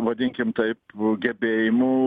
vadinkim taip gebėjimu